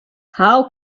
how